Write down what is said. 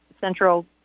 central